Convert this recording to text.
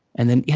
and then, yeah